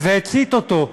והצית אותו.